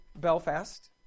Belfast